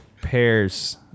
pairs